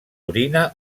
orina